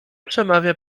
przemawia